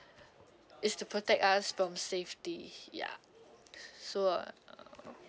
it's to protect us from safety ya so uh